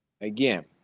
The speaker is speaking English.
again